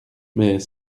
mais